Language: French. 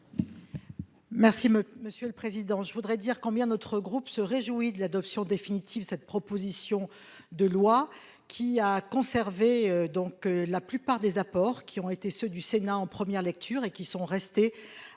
Merci, monsieur le Président, je voudrais dire combien notre groupe se réjouit de l'adoption définitive cette proposition de loi qui a conservé. Donc la plupart des apports qui ont été ceux du Sénat en première lecture et qui sont restés à l'issue